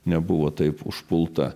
nebuvo taip užpulta